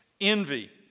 Envy